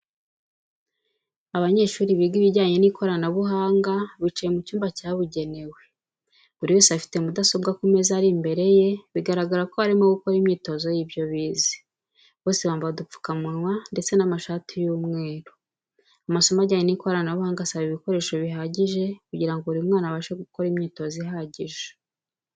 Abanyeshuri biga ibijyanye n'ikoranabuhanga bicaye mu cyumba cyabugenewe, buri wese afite mudasobwa ku meza ari imbere ye, bigaragara ko barimo gukora imyitozo y'ibyo bize, bose bambaye udupfukamunwa ndetse n'amashati y'umweru. Amasomo ajyanye n'ikoranabuhanga asaba ibikoreso bihagije kugira ngo buri mwana abashe gukora imyitozo ihagije.